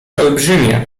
olbrzymia